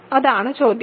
അതാണ് ചോദ്യം